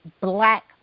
black